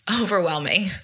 overwhelming